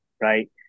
right